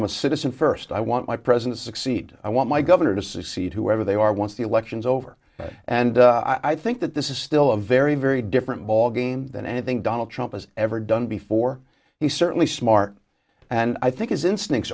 i'm a citizen first i want my president to succeed i want my governor to succeed whoever they are once the election's over and i think that this is still a very very different ball game than anything donald trump has ever done before he certainly smart and i think